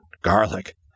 garlic